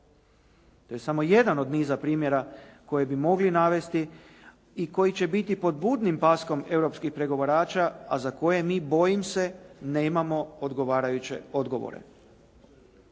To je samo jedan od niza primjera koje bi mogli navesti i koji će biti pod budnim paskom europskih pregovarača, a za koje mi bojim se nemamo odgovarajuće odgovore.